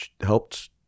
helped